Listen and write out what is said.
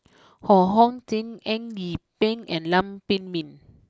Ho Hong sing Eng Yee Peng and Lam Pin Min